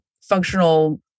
functional